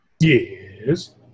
Yes